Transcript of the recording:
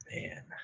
man